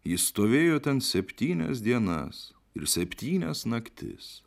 jis stovėjo ten septynias dienas ir septynias naktis